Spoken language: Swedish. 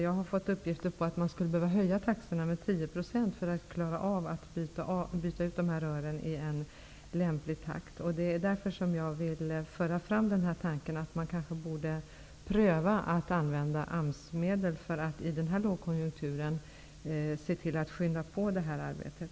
Jag har fått uppgifter på att man skulle behöva höja taxorna med 10 % för att klara av att byta ut rören i en lämplig takt. Det är därför jag vill föra fram tanken att man kanske borde pröva att använda AMS-medel för att i denna lågkonjunktur se till att påskynda det här arbetet.